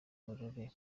aurore